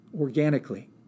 organically